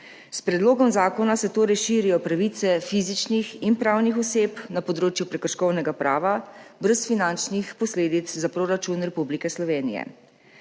S predlogom zakona se torej širijo pravice fizičnih in pravnih oseb na področju prekrškovnega prava, brez finančnih posledic za proračun Republike Slovenije.